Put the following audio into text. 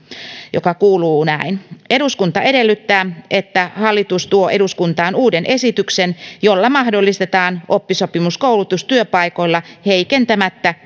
joka kuuluu näin eduskunta edellyttää että hallitus tuo eduskuntaan uuden esityksen jolla mahdollistetaan oppisopimuskoulutus työpaikoilla heikentämättä